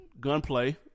gunplay